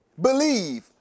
believe